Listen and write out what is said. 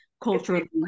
culturally